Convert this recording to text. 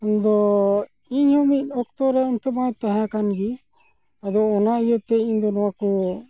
ᱤᱧᱫᱚ ᱤᱧᱦᱚᱸ ᱢᱤᱫᱚᱠᱛᱚᱨᱮ ᱮᱱᱛᱮᱫᱢᱟᱧ ᱛᱮᱦᱮᱸᱠᱟᱱᱜᱮ ᱟᱫᱚ ᱚᱱᱟ ᱤᱭᱟᱹᱛᱮ ᱤᱧᱫᱚ ᱱᱚᱣᱟᱠᱚ